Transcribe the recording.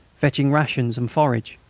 fetching rations and forage,